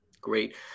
Great